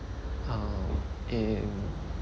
um in